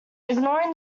ignoring